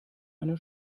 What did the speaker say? eine